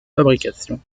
fabrication